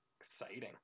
exciting